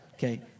Okay